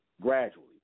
gradually